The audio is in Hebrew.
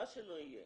מה שלא יהיה.